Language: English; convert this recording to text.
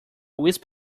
wisp